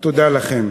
תודה לכם.